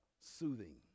soothing